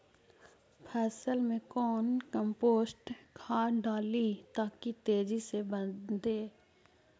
फसल मे कौन कम्पोस्ट खाद डाली ताकि तेजी से बदे?